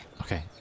Okay